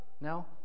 No